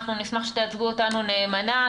אנחנו נשמח שתייצגו אותנו נאמנה.